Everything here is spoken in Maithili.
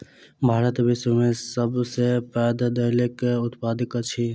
भारत विश्व में सब सॅ पैघ दाइलक उत्पादक अछि